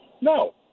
No